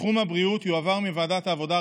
תחום הבריאות יועבר מוועדת העבודה,